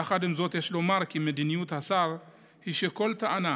יחד עם זאת יש לומר כי מדיניות השר היא שכל טענה